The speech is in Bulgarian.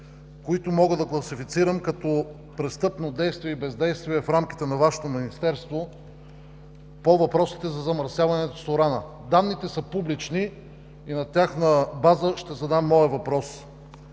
които мога да квалифицирам като престъпно действие и бездействие в рамките на Вашето Министерство по въпросите на замърсяването с уран. Данните са публични и ще задам своя въпрос